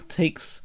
takes